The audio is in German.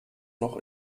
loch